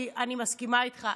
אני מסכימה איתך.